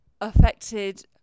affected